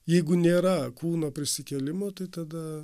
jeigu nėra kūno prisikėlimo tai tada